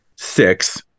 six